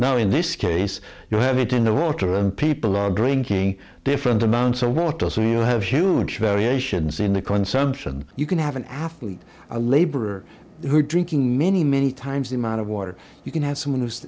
now in this case you have it in the water and people are drinking different amounts of water so you have huge variations in the consumption you can have an athlete a laborer who drinking many many times the amount of water you can have some